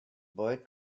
boy